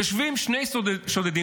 יושבים שני שודדים,